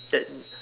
that